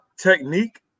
technique